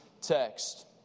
text